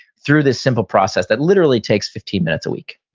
through this simple process that literally takes fifteen minutes a week